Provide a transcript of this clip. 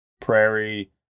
Prairie